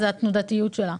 זה התנודתיות שלה.